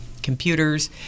computers